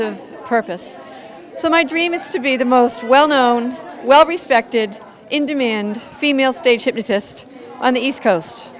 of purpose so my dream is to be the most well known well respected in demand female stage hypnotist on the east coast